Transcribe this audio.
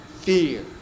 fear